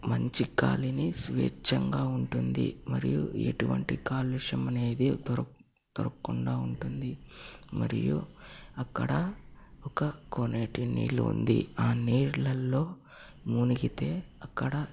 మంచి గాలిని స్వచ్ఛంగా ఉంటుంది మరియు ఎటువంటి కాలుష్యం అనేది దొర దొరక్కుండా ఉంటుంది మరియు అక్కడ ఒక కోనేటి నీళ్లు ఉంది ఆ నీళ్లలో మునిగితే అక్కడ